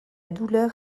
douleur